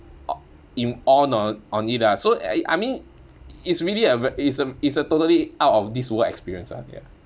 o~ in awe on on it ah the so I I mean it's really a is a is a totally out of this world experience ah ya